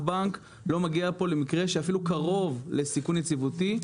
בנק לא מגיע פה למקרה שאפילו קרוב לסיכון יציבותי,